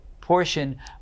portion